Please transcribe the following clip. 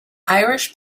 irish